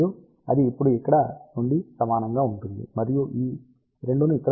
మరియు అది ఇప్పుడు ఇక్కడ నుండి సమానంగా ఉంటుంది మీరు ఈ 2 ను ఇక్కడ పొందవచ్చు 2